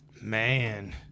Man